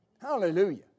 Hallelujah